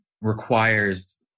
requires